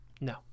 No